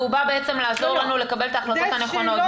פרופ' גרוטו הוא לא אויב העם והוא לעזור לנו לקבל את ההחלטות הנכונות.